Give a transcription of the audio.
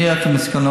אני אראה את המסקנות.